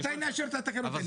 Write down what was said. מתי נאשר את התקנות האלה?